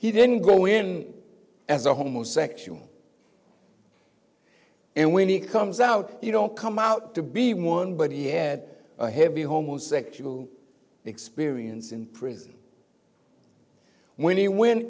he didn't go in as a homosexual and when he comes out you don't come out to be one but he had a heavy homosexual experience in prison when he went